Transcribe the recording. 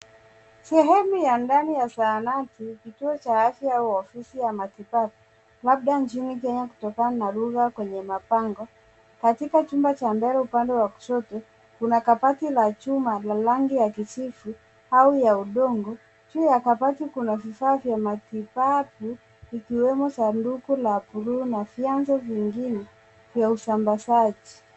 Sehemu ya ndani ya zahanati, kituo cha afya au ofisi ya matibabu labda nchini kenya kutoka na rula kwenye mabango. Katika chumba cha mbele upande wa kushoto kuna kabati la chuma na rangi ya kijivu au ya udongo juu ya kabati kuna vifaa vya matibabu ikiwemo sanduku la bluu na vyanzo vingine vya usambazaji.